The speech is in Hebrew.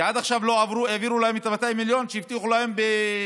כי עד עכשיו לא העבירו להם את ה-200 מיליון שהבטיחו להם בינואר.